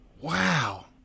Wow